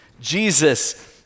Jesus